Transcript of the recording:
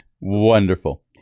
Wonderful